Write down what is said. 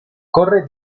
corre